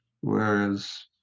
Whereas